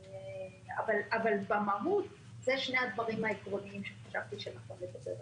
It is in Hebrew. אבל במהות אלה שני הדברים העקרוניים שחשבתי שנכון לדבר עליהם.